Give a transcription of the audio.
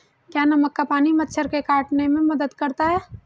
क्या नमक का पानी मच्छर के काटने में मदद करता है?